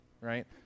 right